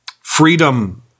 freedom